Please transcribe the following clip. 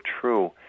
true